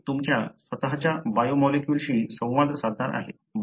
ते तुमच्या स्वतःच्या बायोमॉलिक्युल्सशी संवाद साधणार आहे